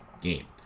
game